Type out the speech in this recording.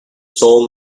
soul